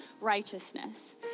righteousness